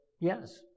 Yes